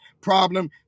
problem